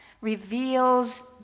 reveals